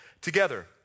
Together